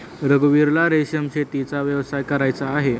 रघुवीरला रेशीम शेतीचा व्यवसाय करायचा आहे